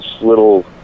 little